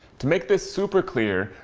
to make this super clear,